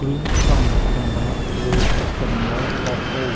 គ្រឿងផ្សំសម្រាប់ធ្វើសម្លកកូរ